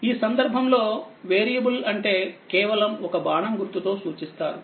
ఈ సందర్భంలో వేరియబుల్ అంటే కేవలం ఒక బాణం గుర్తుతో సూచిస్తారు